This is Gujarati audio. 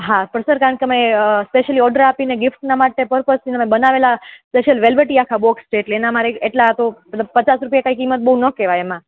હા પણ સર કારણ અમે સ્પેસલી ઓર્ડર આપીને ગિફ્ટના માટે પર્પસથી બનાવેલા સ્પેશિયલ વેલ્વેટી આખા બોક્સ છે એટલે મારે એટલા તો મતલબ પચાસ રૂપિયા કિંમત કાઈ બહુ નો કહેવાય એમાં